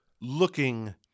looking